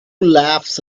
laughs